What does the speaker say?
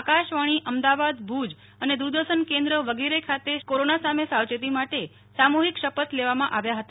આકાશવાણી અમદાવાદ ભુજ અને દુરદર્શન કેન્દ્ર વગેરે ખાતે સામુહિક રીતે કોરોના સામે સાવચેતી માટે સામુહિક શપથ લેવામાં આવ્યા હતા